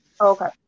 Okay